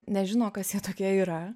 nežino kas jie tokie yra